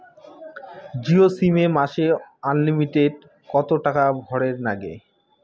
Jio SIM এ মাসে unlimited কত টাকা ভরের নাগে?